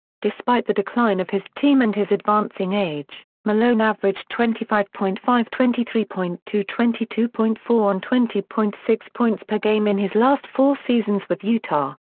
despite the decline of his team and his advancing age, malone averaged twenty five point five, twenty three point two, twenty two point four, and twenty point six points per game in his last four seasons with utah.